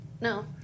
No